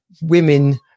women